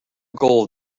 gold